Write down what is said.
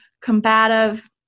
combative